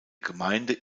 gemeinde